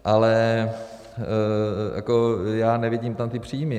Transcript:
Ale jako nevidím tam ty příjmy.